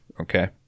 okay